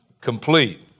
complete